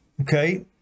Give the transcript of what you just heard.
Okay